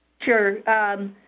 Sure